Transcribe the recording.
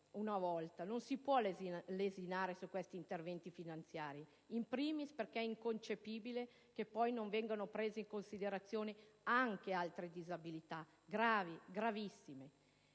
non si può lesinare su questi interventi finanziari. Inoltre, è inconcepibile che non vengano prese in considerazione anche altre disabilità gravi, gravissime.